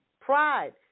pride